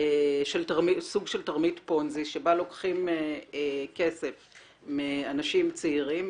סוג של תרמית פונזי שבה לוקחים כסף מאנשים צעירים,